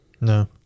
No